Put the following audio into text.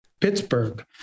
Pittsburgh